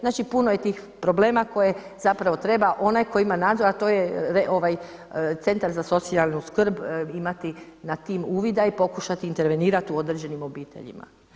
Znači puno je tih problema koje zapravo treba onaj koji ima nadzor a to je centar za socijalnu skrb imati nad tim uvida i pokušati intervenirati u određenim obiteljima.